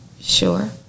Sure